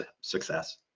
success